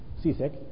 seasick